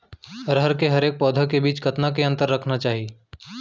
अरहर के हरेक पौधा के बीच कतना के अंतर रखना चाही?